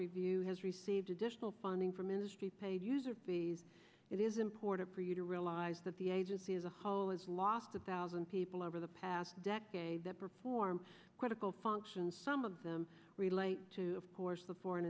review has received additional funding from industry paid user fees it is important for you to realize that the agency as a whole has lost a thousand people over the past decade that perform critical functions some of them relate to of course the foreign